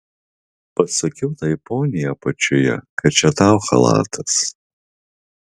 pasakiau tai poniai apačioje kad čia tau chalatas